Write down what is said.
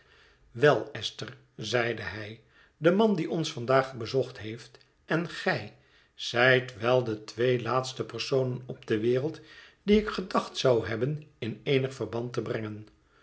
wel esther zeide hij de man die ons vandaag bezocht heeft en gij zijt wel de twee laatste personen op de wereld die ik gedacht zou hebben in eenig verband te brengen